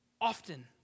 often